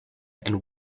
and